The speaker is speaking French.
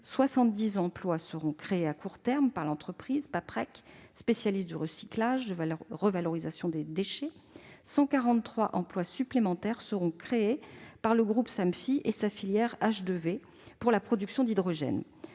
70 emplois seront créés à court terme par l'entreprise Paprec, spécialiste du recyclage et de la valorisation des déchets, 140 emplois supplémentaires seront créés par le groupe Samfi et sa filiale H2V, pour la production d'hydrogène.